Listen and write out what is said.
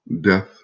death